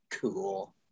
Cool